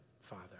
father